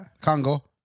Congo